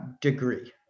degree